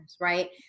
right